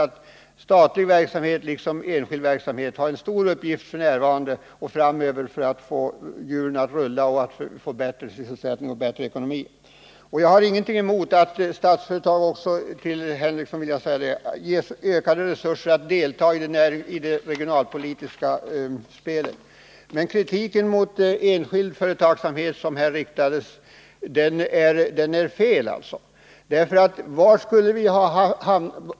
Såväl statlig som enskild verksamhet har en stor uppgift att fylla framöver om vi skall få hjulen att rulla och kunna förbättra vår sysselsättning och vår ekonomi. Jag har ingenting emot — det vill jag säga till Sven Henricsson — att Statsföretag ges ökade resurser att delta i det regionalpolitiska spelet. Men den kritik som här riktats mot enskild företagsamhet är felaktig.